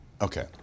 okay